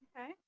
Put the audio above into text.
Okay